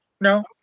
no